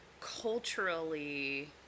culturally